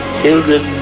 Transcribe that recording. children